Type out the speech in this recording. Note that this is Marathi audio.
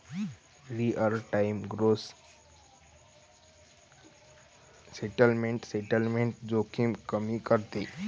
real time gross settlement settlement जोखीम कमी करते